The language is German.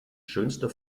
schönste